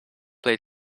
play